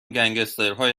گنسگترهای